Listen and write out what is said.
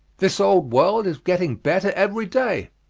this old world is getting better every day.